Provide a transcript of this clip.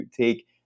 take